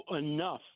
enough